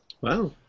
Wow